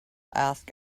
asked